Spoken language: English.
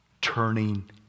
turning